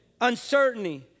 uncertainty